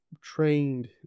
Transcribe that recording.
trained